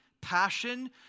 passion